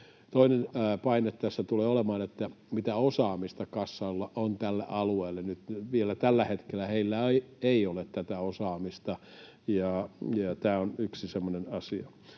Toinen paine tässä tulee olemaan se, mitä osaamista kassalla on tälle alueelle. Nyt vielä tällä hetkellä heillä ei ole tätä osaamista, ja tämä on yksi semmoinen asia.